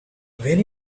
when